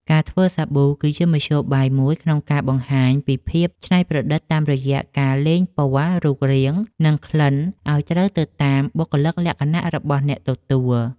ការធ្វើសាប៊ូគឺជាមធ្យោបាយមួយក្នុងការបង្ហាញពីភាពច្នៃប្រឌិតតាមរយៈការលេងពណ៌ រូបរាង និងក្លិនឱ្យត្រូវទៅតាមបុគ្គលិកលក្ខណៈរបស់អ្នកទទួល។